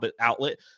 outlet